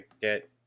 get